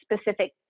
specific